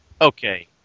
okay